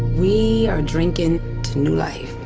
we are drinking to new life.